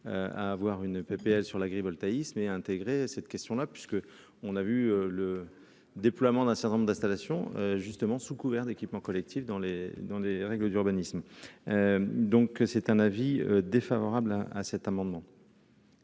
à avoir une PPL sur l'agrivoltaïsme et intégrer cette question là, puisque on a vu le déploiement d'un certain nombre d'installations justement sous couvert d'équipements collectifs dans les dans les règles d'urbanisme, donc c'est un avis défavorable à à cet amendement.